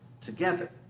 together